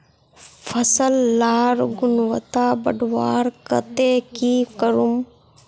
फसल लार गुणवत्ता बढ़वार केते की करूम?